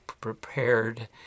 prepared